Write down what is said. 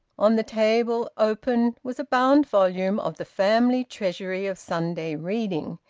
on the table, open, was a bound volume of the family treasury of sunday reading,